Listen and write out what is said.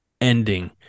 ending